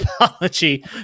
apology